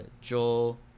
Joel